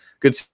good